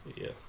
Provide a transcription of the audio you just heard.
Yes